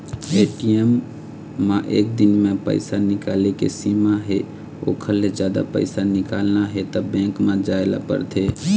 ATM म एक दिन म पइसा निकाले के सीमा हे ओखर ले जादा पइसा निकालना हे त बेंक म जाए ल परथे